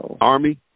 Army